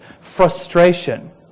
frustration